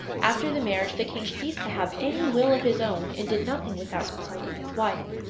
after the marriage the king ceased to have any will of his own and did nothing without consulting his wife.